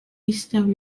istniał